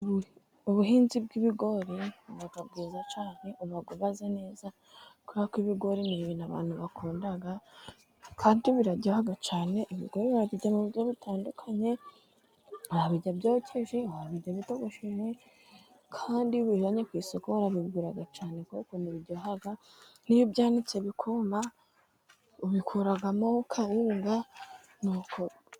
Ubuhinzi bw'ibigori buba bwiza cyane, uba ubaze neza kubera ko ibigori ni ibintu abantu bakunda, kandi biraryoha cyane. Ibigori babirya mu buryo butandukanye. Wabirya byokeje, wabirya bitogosheje, kandi iyo ubijyanye ku isoko barabigura cyane, kubera ukuntu biryoha, n'iyo ubyanitse bikuma ubikuramo kawunga nuko...